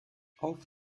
auf